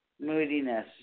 moodiness